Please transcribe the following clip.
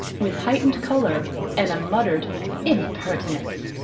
with heightened color and a muttered impertinence!